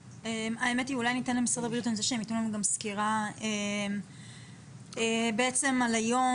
האמת היא שאני רוצה שמשרד הבריאות יתנו לנו סקירה על היום,